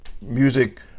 music